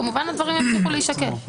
כמובן שהדברים יצטרכו להישקל.